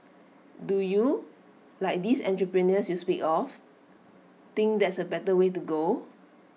do you like these entrepreneurs you speak of think that's A better way to go